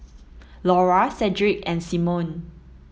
Laura Sedrick and Simone